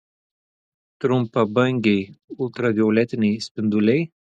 trumpabangiai ultravioletiniai spinduliai